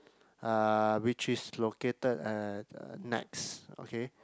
uh which is located at uh Nex okay